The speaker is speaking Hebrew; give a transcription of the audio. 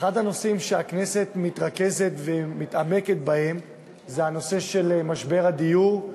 אחד הנושאים שהכנסת מתרכזת ומתעמקת בהם זה הנושא של משבר הדיור,